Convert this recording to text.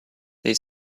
they